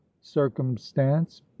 circumstance